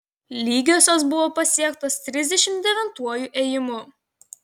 lygiosios buvo pasiektos trisdešimt devintuoju ėjimu